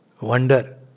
Wonder